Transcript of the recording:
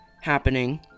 Happening